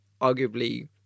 arguably